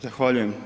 Zahvaljujem.